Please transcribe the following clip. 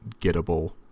gettable